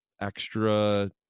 extra